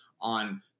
on